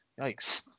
yikes